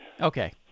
Okay